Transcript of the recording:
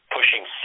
pushing